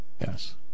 Yes